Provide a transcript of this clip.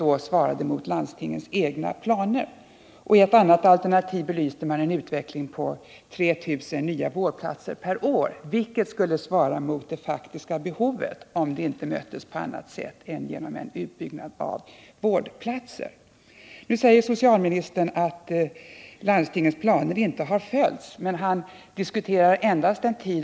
Dessa innefattar en utbyggnad från drygt 41 300 långvårdsplatser 1977 till 55 018 år 1983, dvs. med 13 700 platser under en sexårsperiod.